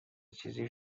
چیزی